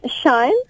Shine